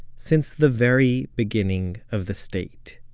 since the very beginning of the state,